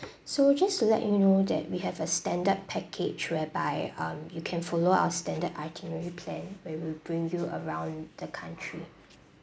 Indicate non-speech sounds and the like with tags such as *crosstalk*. *breath* so just to let you know that we have a standard package whereby um you can follow our standard itinerary plan where we bring you around the country